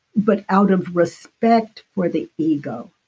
but out of respect for the ego,